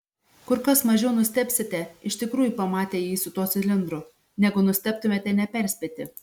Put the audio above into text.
kur kas mažiau nustebsite iš tikrųjų pamatę jį su tuo cilindru negu nustebtumėte neperspėti